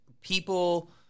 people